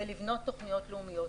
ולבנות תוכניות לאומיות.